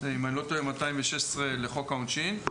ואם אני לא טועה זה סעיף 216 לחוק העונשין.